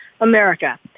America